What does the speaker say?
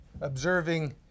observing